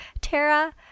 Tara